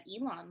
Elon